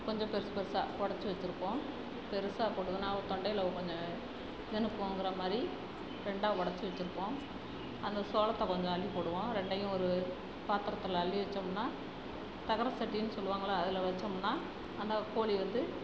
கொஞ்சம் பெருசு பெருசாக பொடச்சி வச்சிருப்போம் பெருசாக போடுதுன்னால் ஒரு தொண்டையில் ஒரு கொஞ்சம் நின்னுக்குங்கிற மாதிரி ரெண்டாக உடச்சி வச்சிருப்போம் அந்த சோளத்தை கொஞ்சம் அள்ளிப் போடுவோம் ரெண்டையும் ஒரு பாத்தரத்தில் அள்ளி வச்சோம்னால் தகரச் சட்டின்னு சொல்லுவாங்கல்ல அதில் வச்சோம்னால் அந்தக் கோழி வந்து